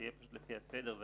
שיהיה פשוט לפי הסדר.